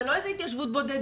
זה לא איזה התיישבות בודדים.